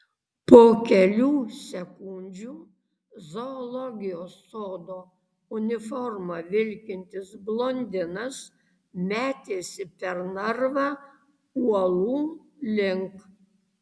po kelių sekundžių zoologijos sodo uniforma vilkintis blondinas metėsi per narvą uolų link